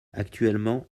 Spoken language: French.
actuellement